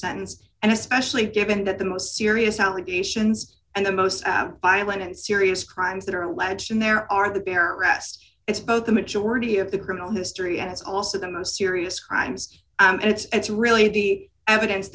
sentence and especially given that the most serious allegations and the most apt violent serious crimes that are alleged and there are the bare arrest it's both the majority of the criminal history and it's also the most serious crimes and it's really the evidence